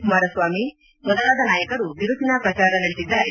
ಕುಮಾರ ಸ್ವಾಮಿ ಮೊದಲಾದ ನಾಯಕರು ಬಿರುಸಿನ ಪ್ರಚಾರ ನಡೆಸಿದ್ದಾರೆ